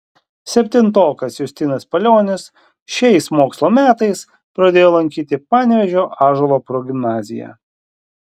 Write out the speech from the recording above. septintokas justinas palionis šiais mokslo metais pradėjo lankyti panevėžio ąžuolo progimnaziją